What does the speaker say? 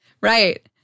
Right